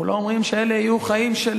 אנחנו לא אומרים שאלה יהיו חיים של